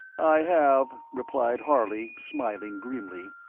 i have, replied harley, smiling grimly,